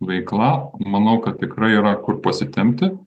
veikla manau kad tikrai yra kur pasitempti